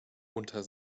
unter